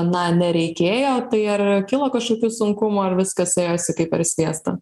na nereikėjo tai ar kilo kažkokių sunkumų ar viskas ėjosi kaip per sviestą